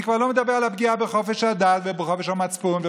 אני כבר לא מדבר על הפגיעה בחופש הדת ובחופש המצפון.